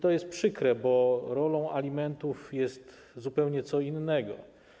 To jest przykre, bo rolą alimentów jest zupełnie co innego.